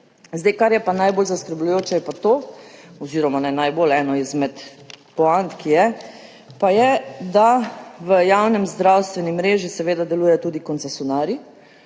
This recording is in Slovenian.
leto. Kar je najbolj zaskrbljujoče, je pa to, oziroma ne najbolj, ena izmed poant, ki je, pa je, da v javni zdravstveni mreži seveda delujejo tudi koncesionarji,